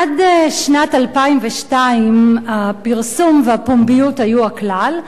עד שנת 2002 הפרסום והפומביות היו הכלל,